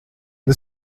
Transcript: the